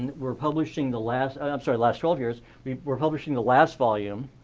and we're publishing the last i'm sorry, last twelve years. we were publishing the last volume